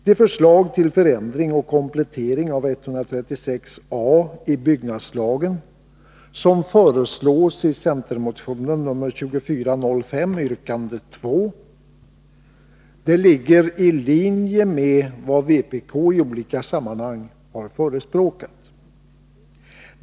Det förslag till förändring och komplettering av 136 a § i byggnadslagen som föreslås i centermotionen 2405 yrkande 2 ligger i linje med vad vpk i olika sammanhang förespråkat.